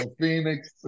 Phoenix